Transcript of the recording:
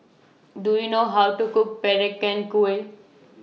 Do YOU know How to Cook Peranakan Kueh